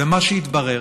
ומה שהתברר